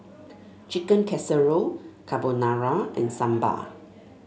Chicken Casserole Carbonara and Sambar